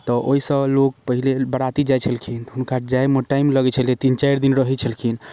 तऽ ओहैसँ लोक पहिले बराती जाइत छलखिन हुनका जाएमे टाइम लगैत छलै तीन चारि दिन रहैत छलखिन